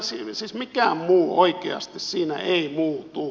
siis mikään muu oikeasti siinä ei muutu